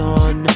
on